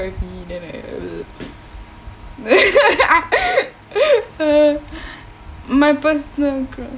with me then I my personal growth